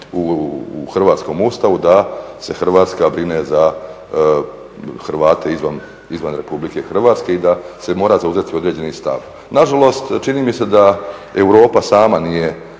u hrvatskom Ustavu da se Hrvatska brine za Hrvate izvan RH i da se mora zauzeti određeni stav. Nažalost čini mi se da Europi samoj nije